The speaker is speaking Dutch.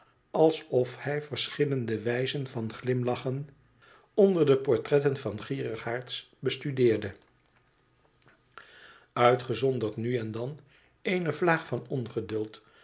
alsof hij verschillende wijzen van glimlachen onder de portretten van gierigaards bestudeerde uitgezonderd nu en dan eene vlaag van ongeduld